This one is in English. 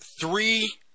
three